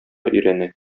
өйрәнә